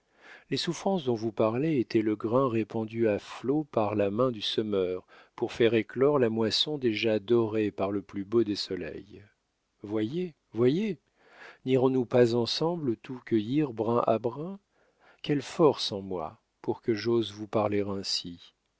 les souffrances dont vous parlez étaient le grain répandu à flots par la main du semeur pour faire éclore la moisson déjà dorée par le plus beau des soleils voyez voyez nirons nous pas ensemble tout cueillir brin à brin quelle force en moi pour que j'ose vous parler ainsi